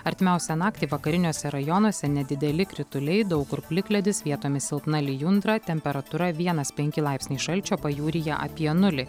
artimiausią naktį vakariniuose rajonuose nedideli krituliai daug kur plikledis vietomis silpna lijundra temperatūra vienas penki laipsniai šalčio pajūryje apie nulį